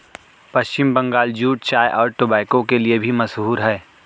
पश्चिम Bengal jute चाय और tobacco के लिए भी मशहूर है